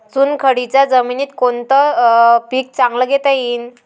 चुनखडीच्या जमीनीत कोनतं पीक चांगलं घेता येईन?